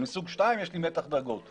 אני סוג 2 יש לי מתח דרגות,